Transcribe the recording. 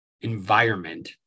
environment